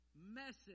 message